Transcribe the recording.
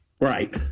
Right